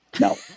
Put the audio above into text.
No